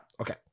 Okay